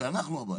שאנחנו הבעיה.